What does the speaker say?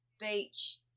beach